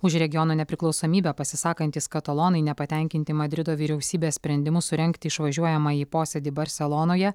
už regiono nepriklausomybę pasisakantys katalonai nepatenkinti madrido vyriausybės sprendimu surengti išvažiuojamąjį posėdį barselonoje